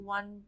One